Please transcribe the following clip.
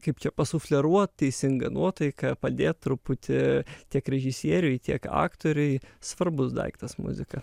kaip čia pasufleruot teisingą nuotaiką padėt truputį tiek režisieriui tiek aktoriui svarbus daiktas muzika